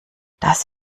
dass